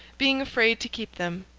being afraid to keep them.